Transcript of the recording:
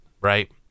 right